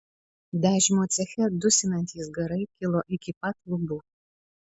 dažymo ceche dusinantys garai kilo iki pat lubų